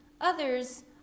others